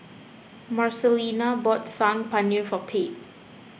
Marcelina bought Saag Paneer for Pate